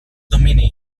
domini